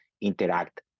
interact